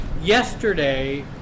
yesterday